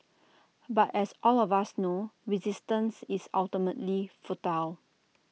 but as all of us know resistance is ultimately futile